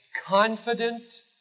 confident